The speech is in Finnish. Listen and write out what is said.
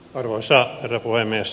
arvoisa herra puhemies